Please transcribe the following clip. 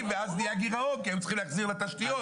ואז נהיה גירעון כי היו צריכים להחזיר לתשתיות.